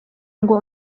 ngo